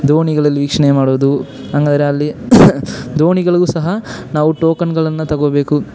ದೋಣಿಗಳು ವೀಕ್ಷಣೆ ಮಾಡೋದು ಹಂಗಾದ್ರೆ ಅಲ್ಲಿ ದೋಣಿಗಳಿಗೂ ಸಹ ನಾವು ಟೋಕನ್ಗಳನ್ನು ತಗೊಳ್ಬೇಕು